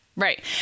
Right